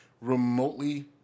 remotely